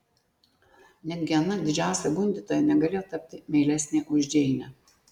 netgi ana didžiausia gundytoja negalėjo tapti meilesnė už džeinę